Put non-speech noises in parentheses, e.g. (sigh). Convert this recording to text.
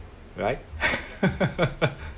right (laughs)